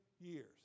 years